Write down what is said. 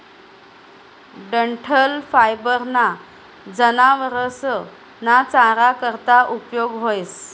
डंठल फायबर ना जनावरस ना चारा करता उपयोग व्हस